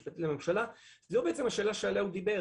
זאת השאלה שעליה הוא דיבר